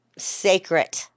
sacred